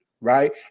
Right